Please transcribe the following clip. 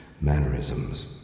mannerisms